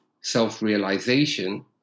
self-realization